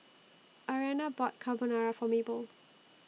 Arianna bought Carbonara For Mabel